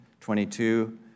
22